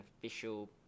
official